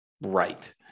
right